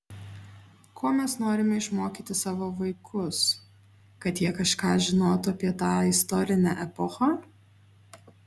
ko mes norime išmokyti savo vaikus kad jie kažką žinotų apie tą istorinę epochą